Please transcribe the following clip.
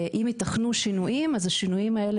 אם ייתכנו שינויים אז השינויים האלה